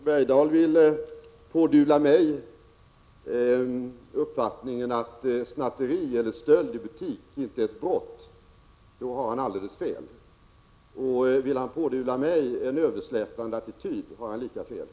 Herr talman! Om Hugo Bergdahl vill pådyvla mig uppfattningen att snatteri eller stöld i butik inte är ett brott har han alldeles fel. Vill han pådyvla mig en överslätande attityd har han lika fel.